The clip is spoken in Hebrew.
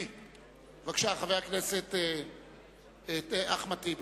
בבקשה, חבר הכנסת אחמד טיבי,